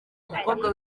mukobwa